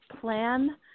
plan